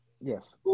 Yes